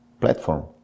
platform